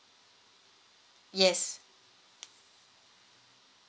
yes